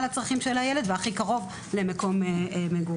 לצרכים של הילד והכי קרוב למקום מגוריו.